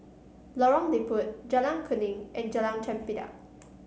Lorong Diput Jalan Kuning and Jalan Chempedak